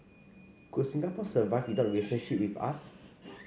could Singapore survive without the relationship with us